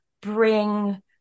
bring